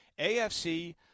AFC –